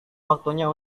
waktunya